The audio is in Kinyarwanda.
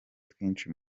twinshi